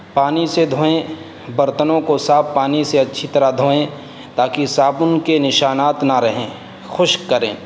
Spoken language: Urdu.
پانی سے دھوئیں برتنوں کو صاف پانی سے اچّھی طرح دھوئیں تا کہ صابن کے نشانات نہ رہیں خشک کریں